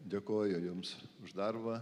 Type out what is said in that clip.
dėkoju jums už darbą